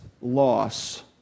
loss